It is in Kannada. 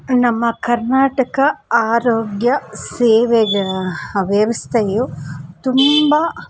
ನಮ್ಮ ಕರ್ನಾಟಕ ಆರೋಗ್ಯ ಸೇವೆಯ ವ್ಯವಸ್ಥೆಯು ತುಂಬ